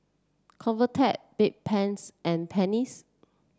Convatec Bedpans and Pansy